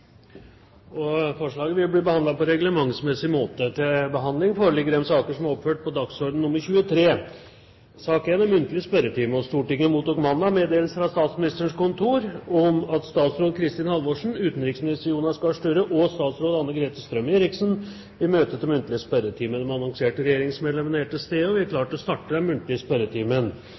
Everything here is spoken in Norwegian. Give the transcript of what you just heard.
Forslaget vil bli behandlet på reglementsmessig måte. Stortinget mottok mandag meddelelse fra Statsministerens kontor om at statsråd Kristin Halvorsen, utenriksminister Jonas Gahr Støre og statsråd Anne-Grete Strøm-Erichsen vil møte til muntlig spørretime. De annonserte regjeringsmedlemmene er til stede, og vi er klare til å starte den muntlige spørretimen.